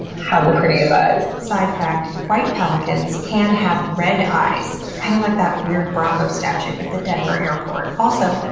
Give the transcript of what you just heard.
have the prettiest eyes. side fact white pelicans can have red eyes, kind of like that weird bronco statue at the denver airport. also,